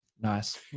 Nice